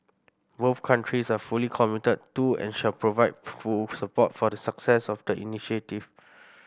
both countries are fully committed to and shall provide full support for the success of the initiative